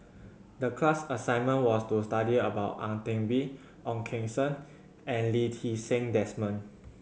the class assignment was to study about Ang Teck Bee Ong Keng Sen and Lee Ti Seng Desmond